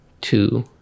two